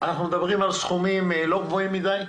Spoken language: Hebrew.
מדברים על סכומים לא גבוהים מידי,